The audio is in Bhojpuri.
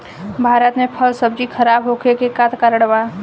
भारत में फल सब्जी खराब होखे के का कारण बा?